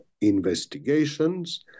investigations